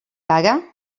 paga